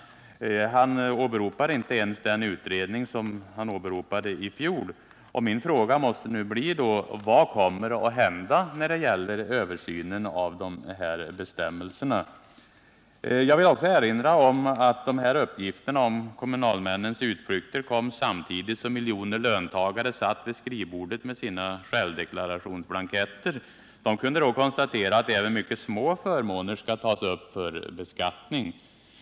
Han åberopar inte ens den utredning som han hänvisade till i fjol, och min fråga måste nu bli: Vad kommer att hända när det gäller översynen av de här bestämmelserna? Det finns anledning att erinra om att uppgifterna om kommunalmännens utflykter kom samtidigt som miljoner löntagare satt vid skrivbordet med sina självdeklarationsblanketter och konstaterade att även mycket små förmåner skall tas upp för beskattning.